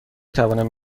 توانم